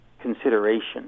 consideration